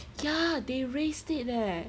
ya they raised it leh